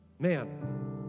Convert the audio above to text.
Man